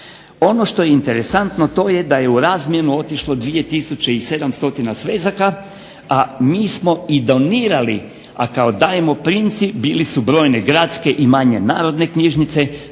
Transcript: Ono što je interesantno to je da je u razmjenu otišlo 2700 svezaka, a mi smo i donirali, a kao dajemo …/Govornik se ne razumije./… bile su brojne gradske i manje narodne knjižnice,